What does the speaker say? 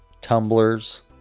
tumblers